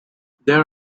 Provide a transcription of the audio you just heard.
there